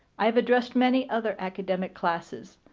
i have addressed many other academic classes,